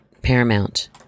paramount